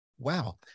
Wow